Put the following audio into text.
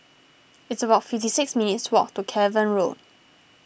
it's about fifty six minutes' walk to Cavan Road